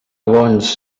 bons